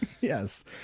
Yes